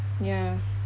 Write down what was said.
ya